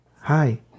Hi